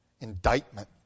indictment